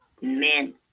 Men